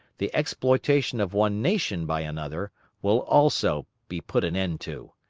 the exploitation of one nation by another will also be put an end to.